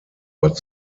but